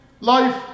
life